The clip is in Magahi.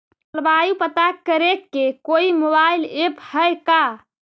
जलवायु पता करे के कोइ मोबाईल ऐप है का?